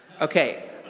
Okay